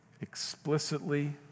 explicitly